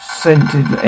scented